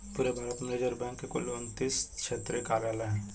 पूरे भारत में reserve bank के कुल उनत्तीस क्षेत्रीय कार्यालय हैं